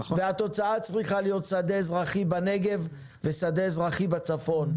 התוצאה צריכה להיות שדה אזרחי בנגב ושדה אזרחי בצפון.